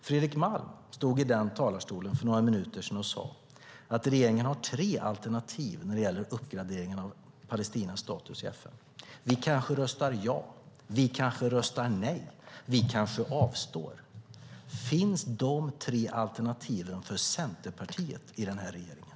Fredrik Malm stod i talarstolen för några minuter sedan och sade att regeringen har tre alternativ när det gäller uppgraderingen av Palestinas status i FN: Vi kanske röstar ja, vi kanske röstar nej eller vi kanske avstår. Finns de tre alternativen för Centerpartiet i den här regeringen?